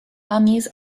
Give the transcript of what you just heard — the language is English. armies